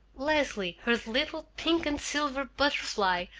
leslie, her little pink-and-silver butterfly,